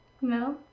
No